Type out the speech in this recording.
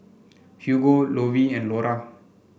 Hugo Lovie and Lora